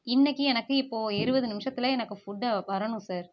இன்றைக்கு எனக்கு இப்போது இருபது நிமிஷத்தில் எனக்கு ஃபுட் வரணும் சார்